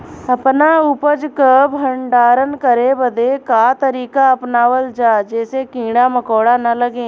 अपना उपज क भंडारन करे बदे का तरीका अपनावल जा जेसे कीड़ा मकोड़ा न लगें?